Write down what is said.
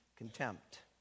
Contempt